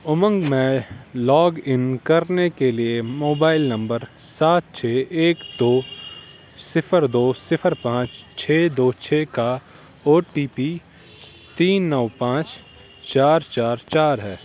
امنگ میں log in کرنے کے لیے موبائل نمبر سات چھ ایک دو صفر دو صفر پانچ چھ دو چھ کا او ٹی پی تین نو پانچ چار چار چار ہے